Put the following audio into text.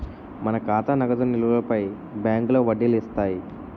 మన ఖాతా నగదు నిలువులపై బ్యాంకులో వడ్డీలు ఇస్తాయి